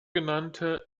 genannte